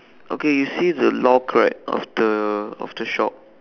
okay you see the lock right of the of the shop